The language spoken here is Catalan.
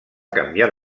canviar